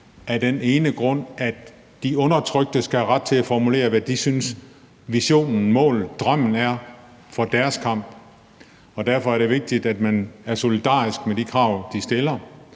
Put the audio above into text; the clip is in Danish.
af den ene grund, at de undertrykte skal have ret til at formulere, hvad de synes visionen, målet, drømmen er for deres kamp, og at det derfor er vigtigt, at man er solidarisk med de krav, de stiller.